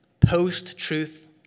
Post-truth